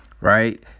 Right